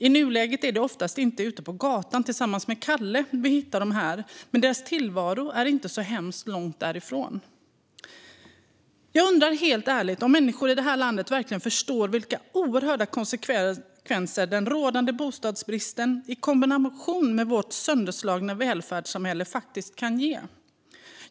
I nuläget är det oftast inte ute på gatan tillsammans med Kalle vi hittar dem, men deras tillvaro är inte så hemskt långt därifrån. Jag undrar helt ärligt om människor i det här landet verkligen förstår vilka oerhörda konsekvenser den rådande bostadsbristen i kombination med vårt sönderslagna välfärdssamhälle faktiskt kan ge.